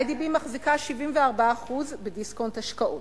"איי.די.בי" מחזיקה 74% ב"דיסקונט השקעות".